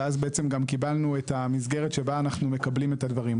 ואז בעצם גם קיבלנו את המסגרת שבה אנחנו מקבלים את הדברים.